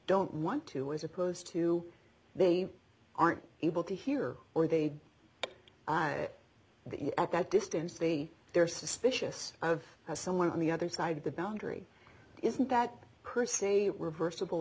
don't want to as opposed to they aren't able to hear or they i the at that distance the they're suspicious of someone on the other side of the boundary isn't that person a reversible